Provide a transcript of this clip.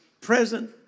present